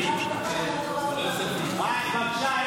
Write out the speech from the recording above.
בבקשה,